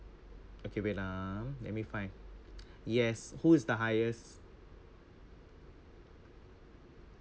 okay wait ah let me find yes who is the highest